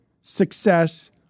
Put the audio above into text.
success